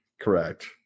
correct